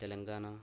Telangana